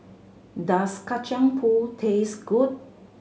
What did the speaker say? does Kacang Pool taste good